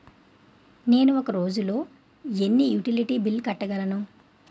నేను ఒక రోజుల్లో ఎన్ని యుటిలిటీ బిల్లు కట్టగలను?